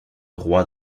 rois